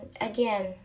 Again